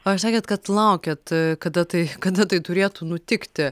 o sakėt kad laukėt kada tai kada tai turėtų nutikti